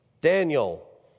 Daniel